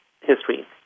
history